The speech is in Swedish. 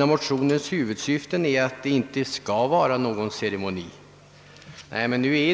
av motionens huvudsyften är att det inte skall behövas någon ceremoni vid vigseln.